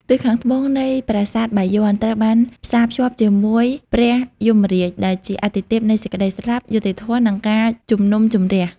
ទិសខាងត្បូងនៃប្រាសាទបាយ័ន ត្រូវបានផ្សារភ្ជាប់ជាមួយ ព្រះយមរាជ ដែលជាអាទិទេពនៃសេចក្តីស្លាប់ យុត្តិធម៌ និងការជំនុំជម្រះ។